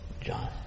John